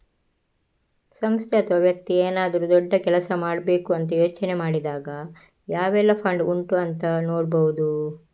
ಸಂಸ್ಥೆ ಅಥವಾ ವ್ಯಕ್ತಿ ಏನಾದ್ರೂ ದೊಡ್ಡ ಕೆಲಸ ಮಾಡ್ಬೇಕು ಅಂತ ಯೋಚನೆ ಮಾಡಿದಾಗ ಯಾವೆಲ್ಲ ಫಂಡ್ ಉಂಟು ಅಂತ ನೋಡ್ಬಹುದು